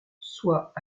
soit